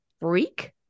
freak